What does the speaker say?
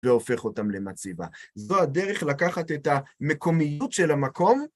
והופך אותם למציבה. זו הדרך לקחת את המקומיות של המקום.